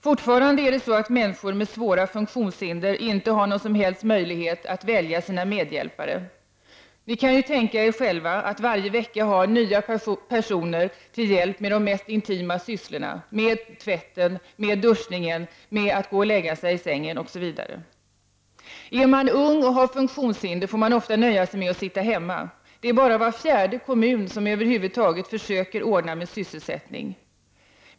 Fortfarande har människor med svåra funktionshinder inte någon som helst möjlighet att välja sina medhjälpare. Ni kan ju tänka er själva hur det är att varje vecka ha nya personer till hjälp med de mest intima sysslorna: att tvätta sig, duscha sig, lägga sig osv. Är man ung och har funktionshinder får man ofta nöja sig med att sitta hemma. Bara var fjärde kommun försöker över huvud taget ordna sysselsättning.